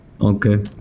okay